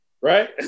Right